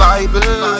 Bible